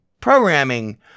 programming